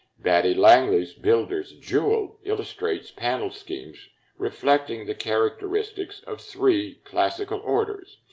batty langley's builder's jewel illustrates panel schemes reflecting the characteristics of three classical orders.